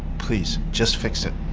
please, just fix it.